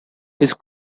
his